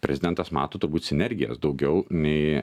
prezidentas mato turbūt sinergijos daugiau nei